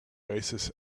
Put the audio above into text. oasis